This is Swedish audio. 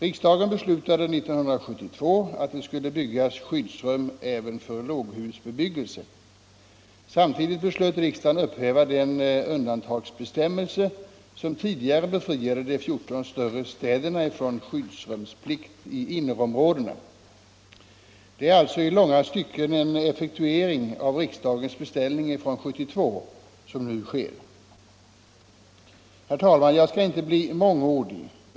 Riksdagen beslutade 1972 att det skulle byggas skyddsrum även för låghusbebyggelse. Samtidigt beslöt riksdagen upphäva den undantagsbestämmelse som tidigare befriade de 14 större städerna från skyddsrumsplikt i innerområdena. Det är alltså i långa stycken en effektuering av riksdagens beställning från 1972 som nu sker. Herr talman! Jag skall inte bli mångordig.